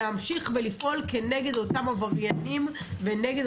להמשיך ולפעול כנגד אותם עבריינים ונגד